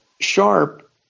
Sharp